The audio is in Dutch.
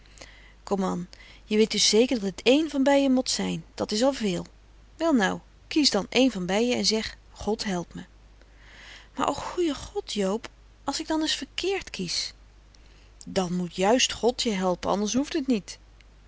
an je weet dus zeker dat het één van beïen mot zijn dat is al veel wel nou kies dan één van beïen en zeg god help me maar o goeie god joob als ik dan es verkeerd kies dan juist moet god je helpe anders hoeft het niet